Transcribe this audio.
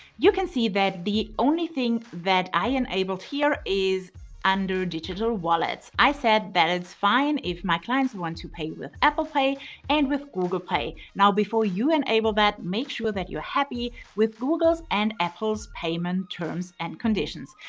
you can see that the only thing that i enabled here is under digital wallets. i said that it's fine if my clients want to pay with apple pay and with google pay. now, before you enable that, make sure that you're happy with google's and apple's payment terms and conditions.